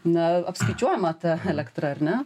na apskaičiuojama ta elektra ar ne